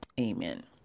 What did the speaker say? amen